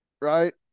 right